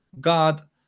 God